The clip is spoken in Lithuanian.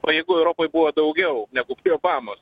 o jeigu europoj buvo daugiau negu prie obamos